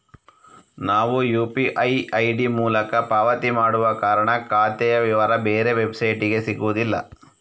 ನಾವು UPI ID ಮೂಲಕ ಪಾವತಿ ಮಾಡುವ ಕಾರಣ ಖಾತೆಯ ವಿವರ ಬೇರೆ ವೆಬ್ಸೈಟಿಗೆ ಸಿಗುದಿಲ್ಲ